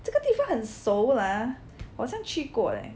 这个地方很熟啊我好想去过 leh